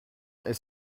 est